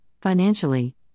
financially